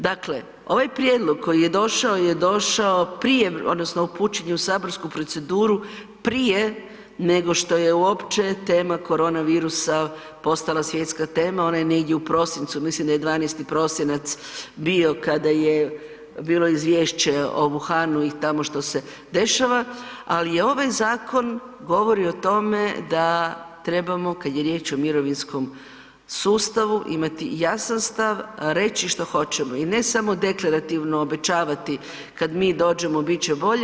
Dakle, ovaj prijedlog koji je došao je došao prije odnosno upućen je u saborsku proceduru prije nego što je uopće tema korona virusa postala svjetska tema, ona je negdje u prosincu mislim da je 12. prosinac bio kada je bilo izvješće o Wuhanu i tamo što se dešava, ali je ovaj zakon govori o tome da trebamo kad je riječ o mirovinskom sustavu imati jasan stav, reći što hoćemo i ne samo deklarativno obećavati, kad mi dođemo bit će bolje.